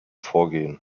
vorgehen